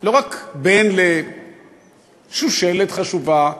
לא רק בן לשושלת חשובה,